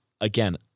again